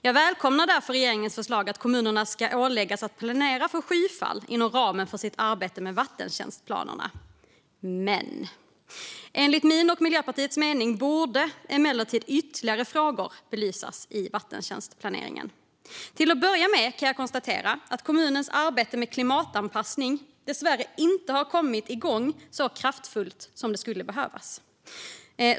Jag välkomnar därför regeringens förslag att kommunerna ska åläggas att planera för skyfall inom ramen för sitt arbete med vattentjänstplanerna. Men enligt min och Miljöpartiets mening borde emellertid ytterligare frågor belysas i vattentjänstplaneringen. Till att börja med kan jag konstatera att kommunernas arbete med klimatanpassning dessvärre inte har kommit igång så kraftfullt som skulle behövas.